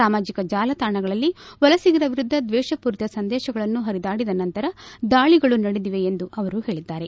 ಸಾಮಾಜಿಕ ಜಾಲತಾಣಗಳಲ್ಲಿ ವಲಸಿಗರ ವಿರುದ್ದ ದ್ವೇಷ ಪೂರಿತ ಸಂದೇಶಗಳು ಹರಿದಾಡಿದ ನಂತರ ದಾಳಿಗಳು ನಡೆದಿವೆ ಎಂದು ಅವರು ಹೇಳಿದ್ದಾರೆ